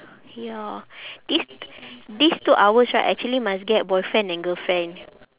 ya this this two hours right actually must get boyfriend and girlfriend